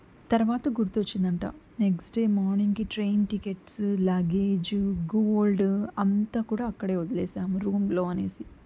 తరువాత గుర్తొచ్చిందంట next day మార్నింగ్కి ట్రైన్ టికెట్సు లగేజు గోల్డ్ అంతా కూడా అక్కడే వదిలేసాము రూంలో అనేసి